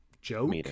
Joke